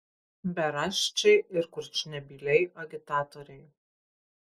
beraščiai ir kurčnebyliai agitatoriai